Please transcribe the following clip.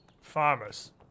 farmers